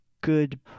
good